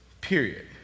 period